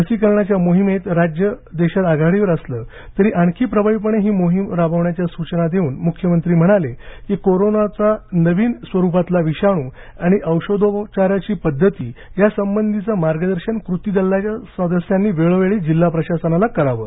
लसीकरणाच्या मोहिमेत राज्य देशात आघाडीवर असलं तरी आणखी प्रभावीपणे ही मोहीम राबवण्याच्या सूचना देऊन मुख्यमंत्री म्हणाले की कोरोनाचा नवीन स्वरूपातला विषाणू आणि औषोधोपचाराची पद्धती यासंबंधीचं मार्गदर्शन कृती दलाच्या सदस्यांनी वेळोवेळी जिल्हा प्रशासनाला करावं